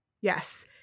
Yes